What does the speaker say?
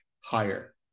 higher